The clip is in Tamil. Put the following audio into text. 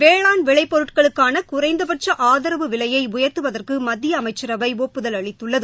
வேளாண் விளைபொருட்களுக்கான குறைந்தபட்ச ஆதரவு விலையை உயர்த்துவதற்கு மத்திய அமைச்சரவை ஒப்புதல் அளித்துள்ளது